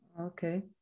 Okay